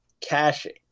caching